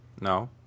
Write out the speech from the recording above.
No